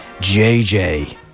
JJ